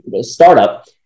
startup